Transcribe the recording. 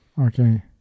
Okay